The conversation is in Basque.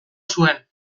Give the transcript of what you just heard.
zuen